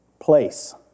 place